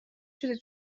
شده